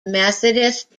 methodist